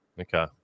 Okay